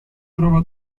trova